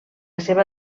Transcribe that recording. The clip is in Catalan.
seva